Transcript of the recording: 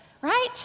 right